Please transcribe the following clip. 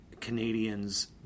Canadians